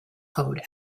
code